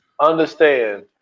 understand